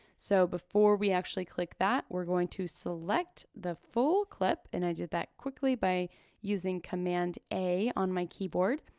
so before we actually click that we're going to select the full clip, and i did that quickly by using command a, on my keyboard.